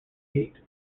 gate